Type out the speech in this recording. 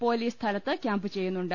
police സ്ഥലത്ത് camp ചെയ്യുന്നുണ്ട്